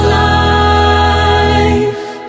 life